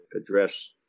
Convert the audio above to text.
address